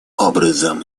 образом